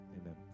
amen